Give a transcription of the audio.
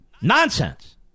Nonsense